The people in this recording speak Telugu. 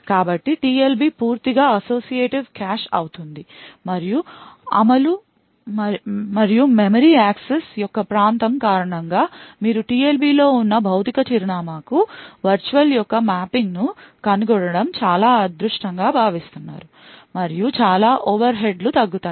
కాబట్టి TLB పూర్తిగా అసోసియేటివ్ కాష్ అవుతుంది మరియు అమలు మరియు మెమరీ యాక్సెస్ యొక్క ప్రాంతం కారణంగా మీరు TLB లో ఉన్న భౌతిక చిరునామాకు వర్చువల్ యొక్క మ్యాపింగ్ను కనుగొనడం చాలా అదృష్టంగా భావిస్తున్నారు మరియు చాలా ఓవర్హెడ్లు తగ్గుతాయి